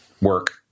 work